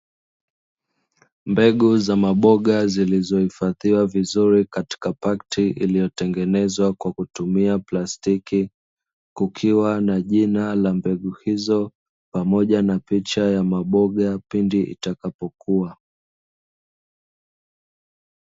Mbegu za maboga zilizo ifadhiwa vizuri katika plakt,i iliyo tengenezwa kwa kutumia plastiki, kukiwa na jina la mbegu hizo pamoja na picha ya maboga pindi itakapokua.